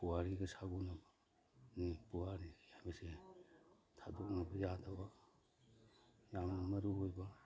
ꯄꯨꯋꯥꯔꯤꯒ ꯁꯥꯒꯣꯟꯅꯕꯅꯤ ꯄꯨꯋꯥꯔꯤ ꯍꯥꯏꯕꯁꯦ ꯊꯥꯗꯣꯛꯅꯕ ꯌꯥꯗꯕ ꯌꯥꯝꯅ ꯃꯔꯨ ꯑꯣꯏꯕ